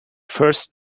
first